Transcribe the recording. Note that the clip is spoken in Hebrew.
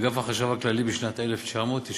אגף החשב הכללי, בשנת 1999,